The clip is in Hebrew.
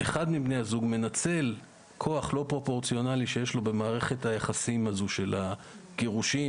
מנצל כוח לא פרופורציונלי שיש לו במערכת היחסים של הגירושין,